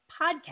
Podcast